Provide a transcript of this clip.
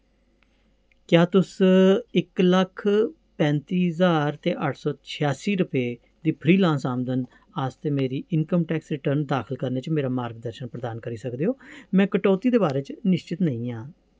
क्या तुस इक लक्ख पैंती ज्हार ते अट्ठ सौ छेयासी रपेऽ दी फ्रीलांस आमदन आस्तै मेरी इनकम टैक्स रिटर्न दाखल करने च मेरा मार्गदर्शन प्रदान करी सकदे ओ में कटौती दे बारे च निश्चत नेईं आं